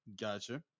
Gotcha